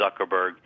Zuckerberg